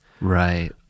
Right